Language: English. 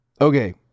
Okay